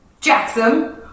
Jackson